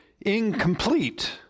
incomplete